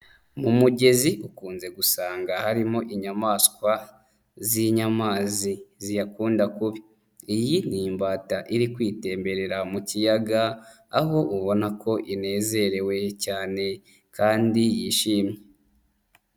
Mu mugezi ukunze gusanga harimo inyamaswa z'inyamazi ziyakunda kubi, iyi ni imbata iri kwitemberera mu kiyaga aho ubona ko inezerewe cyane kandi yishimye.